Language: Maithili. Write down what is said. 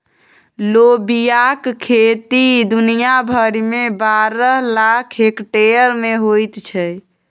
लोबियाक खेती दुनिया भरिमे बारह लाख हेक्टेयर मे होइत छै